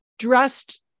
dressed